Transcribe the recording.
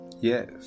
yes